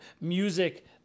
music